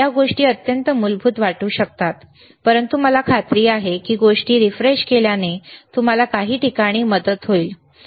या गोष्टी अत्यंत मूलभूत वाटू शकतात परंतु मला खात्री आहे की गोष्टी रीफ्रेश केल्याने तुम्हाला काही ठिकाणी मदत होईल बरोबर